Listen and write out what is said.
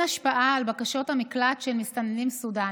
השפעה על בקשות המקלט של מסתננים סודאנים.